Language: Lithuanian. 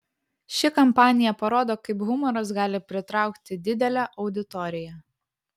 ši kampanija parodo kaip humoras gali pritraukti didelę auditoriją